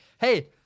hey